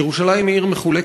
ירושלים היא עיר מחולקת.